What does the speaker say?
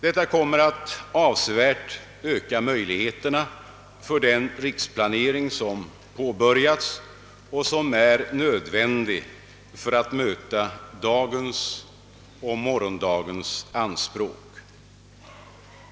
Detta kommer att avsevärt öka möjligheterna för den riksplanering som påbörjats och som är nödvändig för att möta dagens och morgondagens anspråk.